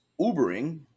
Ubering